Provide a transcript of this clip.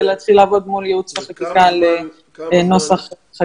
להתחיל לעבוד מול ייעוץ וחקיקה לנוסח חקיקה.